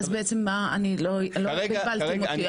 אז בעצם בלבלתם אותי,